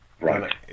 Right